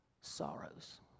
sorrows